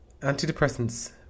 antidepressants